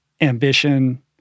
ambition-